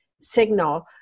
signal